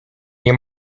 nie